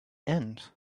end